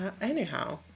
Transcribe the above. Anyhow